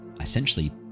essentially